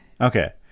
Okay